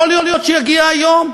יכול להיות שיגיע היום,